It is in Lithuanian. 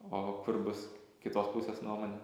o kur bus kitos pusės nuomonė